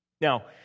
Now